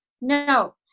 No